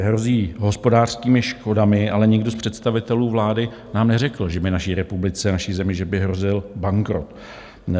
Hrozí hospodářskými škodami, ale nikdo z představitelů vlády nám neřekl, že by naší republice, naší zemi, hrozil bankrot.